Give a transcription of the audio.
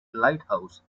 lighthouse